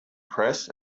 press